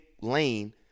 lane